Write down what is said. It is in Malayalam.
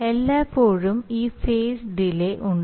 എല്ലായ്പ്പോഴും ഈ ഫേസ് ഡിലേ ഉണ്ട്